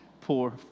Poor